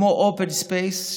כמו open space,